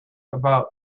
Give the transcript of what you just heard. about